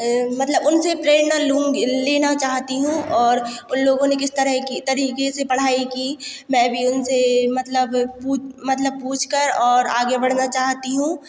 मतलब उनसे प्रेरणा लूँगी लेना चाहती हूँ और उन लोगों ने किस तरह की किस तरीके से पढ़ाई की मैं भी उनसे मतलब पु मतलब पूछ कर और आगे बढ़ना चाहती हूँ